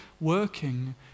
working